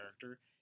character